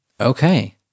Okay